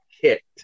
kicked